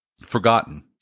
Forgotten